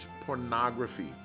pornography